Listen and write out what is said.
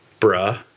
Bruh